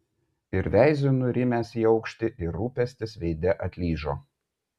ir veiziu nurimęs į aukštį ir rūpestis veide atlyžo